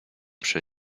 przy